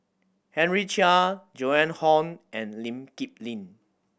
Henry Chia Joan Hon and Lee Kip Lin